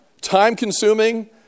time-consuming